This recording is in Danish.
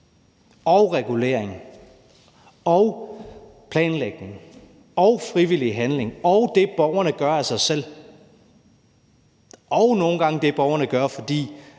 og regulering og planlægning og frivillig handling og det, borgerne gør af sig selv, og nogle gange det, borgerne gør, fordi